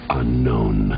unknown